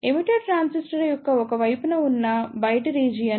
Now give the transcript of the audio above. emitter transistor యొక్క ఒక వైపున ఉన్న బయటి రీజియన్